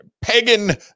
pagan